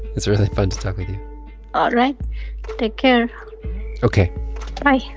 it's really fun to talk with you all right take care ok bye